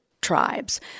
tribes